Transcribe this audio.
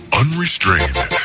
unrestrained